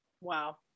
wow